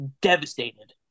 devastated